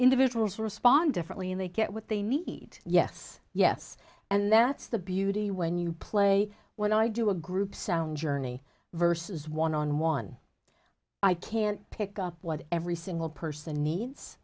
individuals respond differently and they get what they need yes yes and that's the beauty when you play when i do a group sound journey versus one on one i can't pick up what every single person needs